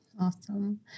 Awesome